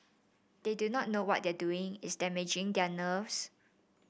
they do not know what they are doing is damaging their nerves